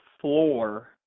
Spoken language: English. floor